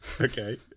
Okay